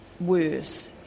worse